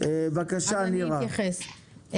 לכן יש כבר בנייה לזה ולא התייחסו לזה.